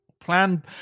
Plan